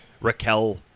Raquel